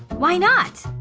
why not?